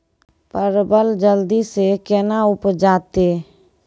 परवल जल्दी से के ना उपजाते?